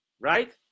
right